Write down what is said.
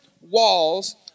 walls